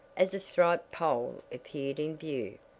as a striped pole appeared in view.